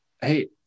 Hey